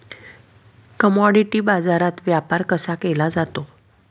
Commodity बाजारात व्यापार कसा केला जातो?